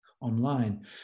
online